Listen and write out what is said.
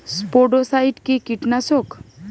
স্পোডোসাইট কি কীটনাশক?